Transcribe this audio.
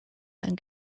and